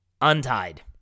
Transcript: untied